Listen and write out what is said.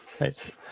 nice